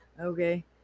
Okay